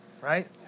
Right